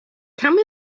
come